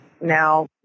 now